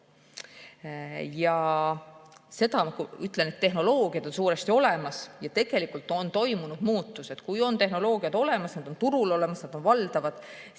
Seda ma ütlen, et tehnoloogia on suuresti olemas ja tegelikult on toimunud muutused. Kui tehnoloogia on olemas, see on turul olemas, see on valdav,